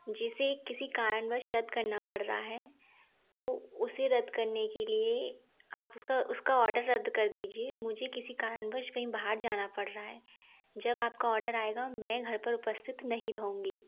जिसे किसी कारणवश रद्द करना पड़ रा है तो उसे रद्द करने के लिए आप उसका उसका ऑडर रद्द कर दीजिए मुझे किसी कारणवश कहीं बाहर जाना पड़ रहा है जब आपका ऑडर आएगा मैं घर पर उपस्थित नहीं रहूँगी